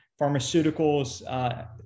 pharmaceuticals